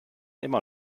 immer